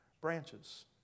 Branches